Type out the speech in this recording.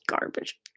Garbage